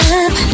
up